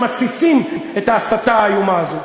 שמתסיסים את ההסתה האיומה הזו.